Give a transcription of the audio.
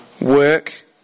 work